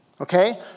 Okay